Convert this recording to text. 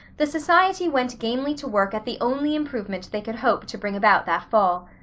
the society went gamely to work at the only improvement they could hope to bring about that fall.